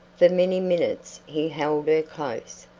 for many minutes he held her close,